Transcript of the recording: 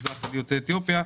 המגזר החרדי ויוצאי אתיופיה.